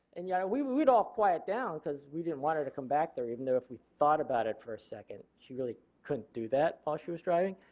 and yeah we we would all quiet down because we didn't want her to come back there even though if we thought about it for second she really couldn't do that while she was driving.